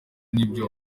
n’ibyo